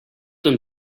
een